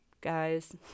Guys